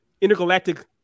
intergalactic